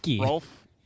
Rolf